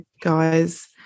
guys